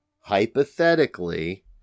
hypothetically